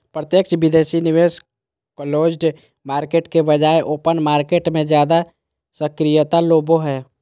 प्रत्यक्ष विदेशी निवेश क्लोज्ड मार्केट के बजाय ओपन मार्केट मे ज्यादा सक्रियता लाबो हय